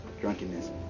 drunkenness